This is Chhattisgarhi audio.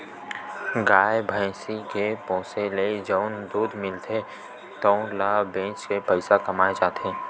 गाय, भइसी के पोसे ले जउन दूद मिलथे तउन ल बेच के पइसा कमाए जाथे